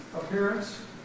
appearance